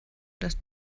dass